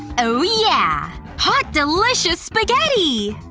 oh yeah! hot, delicious spaghetti!